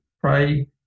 pray